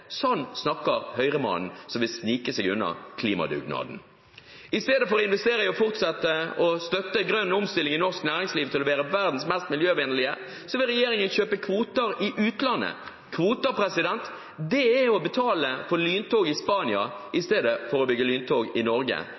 Sånn snakker Høyre-mannen som vil snike seg unna klimadugnaden. I stedet for å investere i å fortsette å støtte grønn omstilling i norsk næringsliv til å være verdens mest miljøvennlige, vil regjeringen kjøpe kvoter i utlandet. Kvoter er å betale for lyntog i Spania i stedet for å bygge lyntog i Norge,